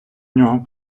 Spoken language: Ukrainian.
нього